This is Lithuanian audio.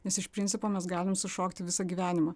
nes iš principo mes galim sušokti visą gyvenimą